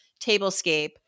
tablescape